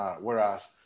Whereas